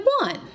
one